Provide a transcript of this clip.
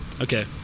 okay